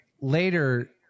later